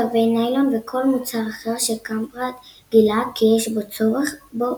גרבי ניילון וכל מוצר אחר שקמפראד גילה כי יש צורך בו